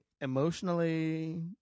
emotionally